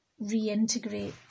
reintegrate